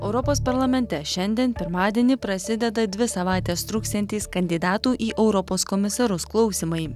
europos parlamente šiandien pirmadienį prasideda dvi savaites truksiantys kandidatų į europos komisarus klausymai